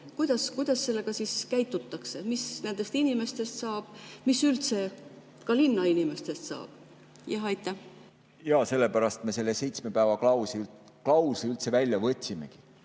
Kuidas siis käitutakse? Mis nendest inimestest saab, mis üldse ka linnainimestest saab? Jaa, sellepärast me selle seitsme päeva klausli üldse välja võtsimegi.